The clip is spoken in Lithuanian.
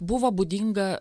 buvo būdinga